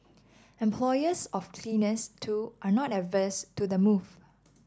employers of cleaners too are not averse to the move